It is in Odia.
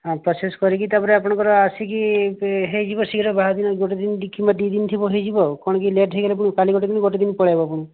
ପ୍ରୋସେସ କରିକି ତାପରେ ଆପଣଙ୍କର ଆସିକି ହେଇଯିବ ଶୀଘ୍ର ବାହାଘର ଦିନ ଗୋଟେ ଦିନ କିମ୍ବା ଦୁଇ ଦିନ ଥିବ ହେଇଯିବ ଆଉ କଣ କି ଲେଟ୍ ହେଇଗଲେ ପୁଣି କାଲି ଗୋଟେ ଦିନ ଗୋଟେ ଦିନ ପଳେଇବ ପୁଣି